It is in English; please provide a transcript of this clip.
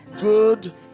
good